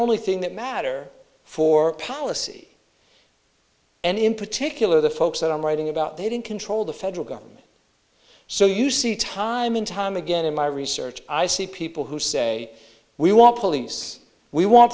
only thing that matter for policy and in particular the folks that i'm writing about they don't control the federal government so you see time and time again in my research i see people who say we want police we want